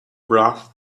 broth